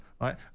right